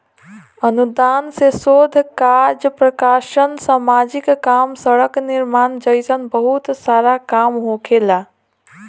अनुदान से शोध काज प्रकाशन सामाजिक काम सड़क निर्माण जइसन बहुत सारा काम होखेला